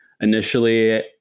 initially